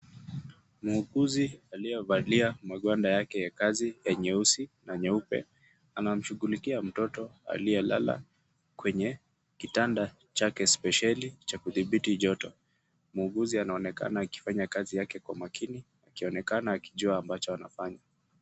Muuguzi aliyevalia magwanda yake ya kazi ya nyeusi na nyeupe anamshughulikia mtoto aliyelala kwenye kitanda chake spesheli cha kudhibiti joto. Muuguzi anaonekana akifanya kazi yake kwa makini akionekana akijua ambacho anafanya.